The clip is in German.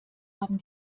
haben